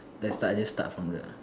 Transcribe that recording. let's start just start from the